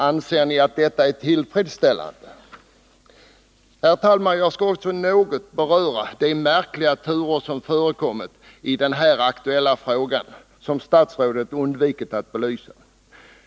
Anser ni att detta förfaringssätt är tillfredsställande? Herr talman! Jag skall här också något beröra de märkliga turer som förekommit i den aktuella frågan, som statsrådet undvikit att belysa.